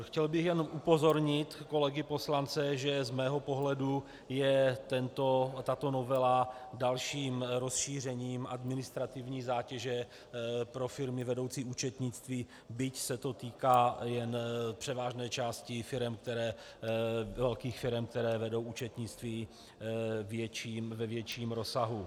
Chtěl bych jen upozornit kolegy poslance, že z mého pohledu je tato novela dalším rozšířením administrativní zátěže pro firmy vedoucí účetnictví, byť se to týká jen převážné části velkých firem, které vedou účetnictví ve větším rozsahu.